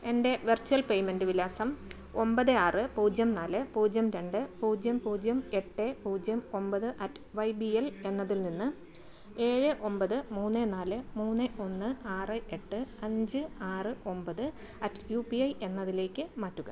എൻ്റെ virtual payment വിലാസം ഒമ്പത് ആറ് പൂജ്യം നാല് പൂജ്യം രണ്ട് പൂജ്യം പൂജ്യം എട്ട് പൂജ്യം ഒമ്പത് അറ്റ് വൈ ബി എൽ എന്നതിൽ നിന്ന് ഏഴ് ഒമ്പത് മൂന്ന് നാല് മൂന്ന് ഒന്ന് ആറ് എട്ട് അഞ്ച് ആറ് ഒമ്പത് അറ്റ് യു പി ഐ എന്നതിലേക്ക് മാറ്റുക